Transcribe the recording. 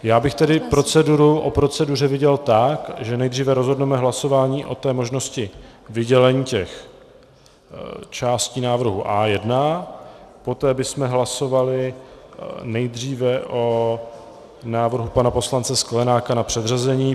Já bych tedy proceduru o proceduře viděl tak, že nejdříve rozhodneme hlasováním o té možnosti vydělení těch částí návrhu A1, poté bychom hlasovali nejdříve o návrhu pana poslance Sklenáka na předřazení.